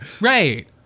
Right